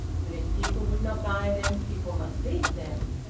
and if people would not buy them people must leave them.